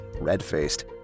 red-faced